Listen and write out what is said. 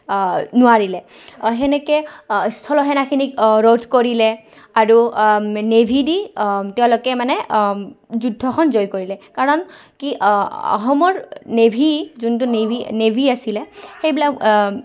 নোৱাৰিলে সেনেকৈ স্থলসেনাখিনিক ৰোধ কৰিলে আৰু নেভি দি তেওঁলোকে মানে যুদ্ধখন জয় কৰিলে কাৰণ কি অসমৰ নেভি যোনটো নেভি নেভি আছিলে সেইবিলাক